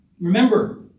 Remember